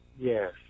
Yes